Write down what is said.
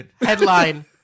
headline